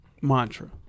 mantra